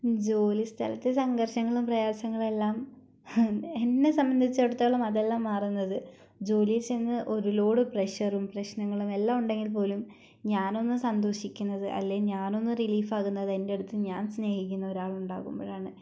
ഈ ജോലി സ്ഥലത്ത് സംഘർഷങ്ങളും പ്രയാസങ്ങളും എല്ലാം എന്നെ സംബന്ധിച്ചെടുത്തോളം അതെല്ലാം മാറുന്നത് ജോലിയിൽ ചെന്ന് ഒരു ലോഡ് പ്രഷറും പ്രശ്നങ്ങളും എല്ലാം ഉണ്ടെങ്കിൽപ്പോലും ഞാനൊന്ന് സന്തോഷിക്കുന്നത് അല്ലെങ്കിൽ ഞാനൊന്ന് റിലീഫ് ആകുന്നത് എൻ്റടുത്ത് ഞാൻ സ്നേഹിക്കുന്ന ഒരാൾ ഉണ്ടാകുമ്പോഴാണ്